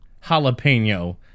jalapeno